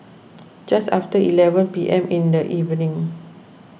just after eleven P M in the evening